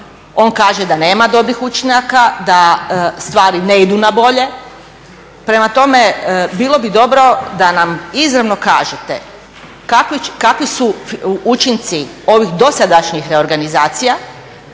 on kaže da nema dobrih učinaka, da stvari ne idu na bolje. Prema tome bilo bi dobro da nam izravno kažete kakvi su učinci ovih dosadašnjih reorganizacija